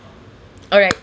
alright